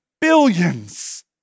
billions